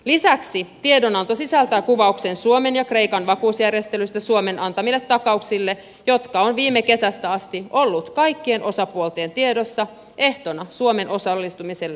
lisäksi tiedonanto sisältää kuvauksen suomen ja kreikan vakuusjärjestelystä suomen antamille takauksille mikä on viime kesästä asti ollut kaikkien osapuolten tiedossa ehtona suomen osallistumiselle rahoitusjärjestelyihin